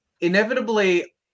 inevitably